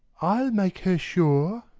i ll make her sure.